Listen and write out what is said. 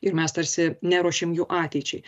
ir mes tarsi neruošiam jų ateičiai